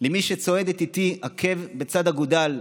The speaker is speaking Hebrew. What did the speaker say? למי שצועדת איתי עקב בצד אגודל,